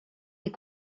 est